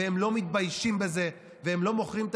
והם לא מתביישים בזה והם לא מוכרים את